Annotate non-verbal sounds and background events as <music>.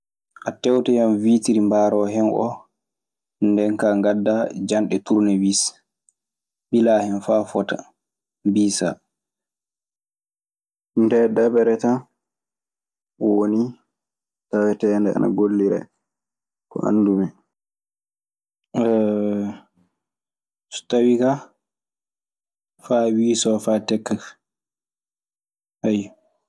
A tewtoyan, witiri mbaaroowo hen oo, ndeen kaa ngaddaa janɗe tuurnewiis, ɓilaa hen faa fota, mbiisaa. Ndee dabere tan woni taweteende ana golliree, ko anndumi. <hesitation> So tawii kaa, faa wiisoo faa tekka ka. Ayyo.